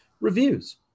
reviews